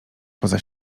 poza